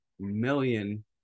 million